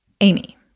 Amy